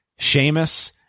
Seamus